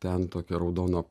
ten tokia raudona